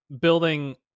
building